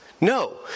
No